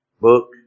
book